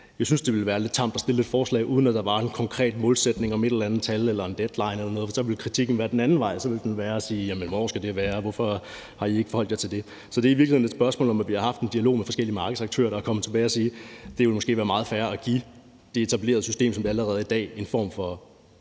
jeg synes, det ville være lidt tamt at fremsætte et forslag, uden at der var en konkret målsætning om et eller andet tal, en deadline eller noget andet, for så ville kritikken gå den anden vej, og man ville spørge: Hvad skal det være? Og hvorfor har I ikke forholdt jer til det? Så det er i virkeligheden et spørgsmål om, at vi har haft en dialog med forskellige markedsaktører, der er kommet tilbage og har sagt til os, at det måske ville være meget fair at give det etablerede system, der allerede er i dag, en form for